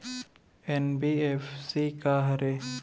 NBFC का हरे?